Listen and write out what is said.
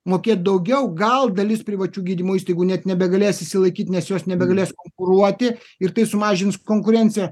mokėt daugiau gal dalis privačių gydymo įstaigų net nebegalės išsilaikyti nes jos nebegalės konkuruoti ir tai sumažins konkurenciją